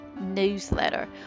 newsletter